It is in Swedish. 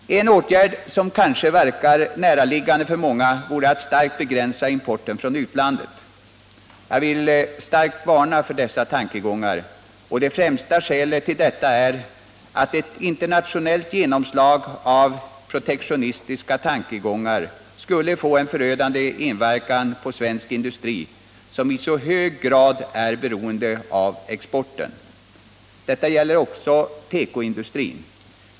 En åtgärd som kanske verkar näraliggande för många vore att starkt begränsa importen från utlandet. Jag vill starkt varna för dessa tankegångar, och det främsta skälet till detta är att ett internationellt genomslag av protektionistiska tankegångar skulle få en förödande inverkan på svensk industri, som i så hög grad är beroende av exporten. Detta gäller också tekoindustrin.